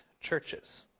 churches